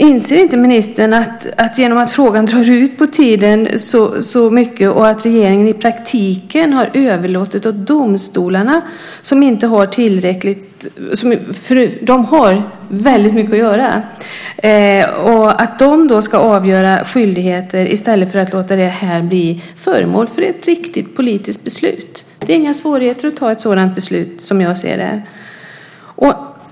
Inser inte ministern att genom att låta frågan dra ut på tiden överlåter regeringen i praktiken åt domstolarna, som har väldigt mycket att göra, att avgöra skyldigheter i stället för att låta den bli föremål för ett riktigt politiskt beslut? Det är inga svårigheter att fatta ett sådant beslut, som jag ser det.